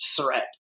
threat